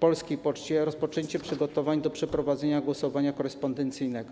Poczcie Polskiej rozpoczęcie przegotowań do przeprowadzenia głosowania korespondencyjnego.